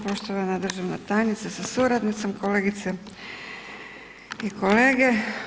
Poštovana državna tajnice sa suradnicom, kolegice i kolege.